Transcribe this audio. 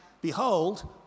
Behold